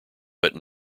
but